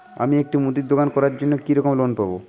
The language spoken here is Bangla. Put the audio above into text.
আমি একটি মুদির দোকান করার জন্য কি রকম লোন পাব?